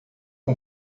com